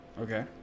Okay